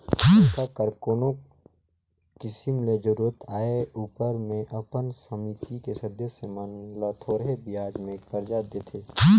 पइसा कर कोनो किसिम ले जरूरत आए उपर में अपन समिति के सदस्य मन ल थोरहें बियाज में करजा देथे